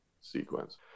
sequence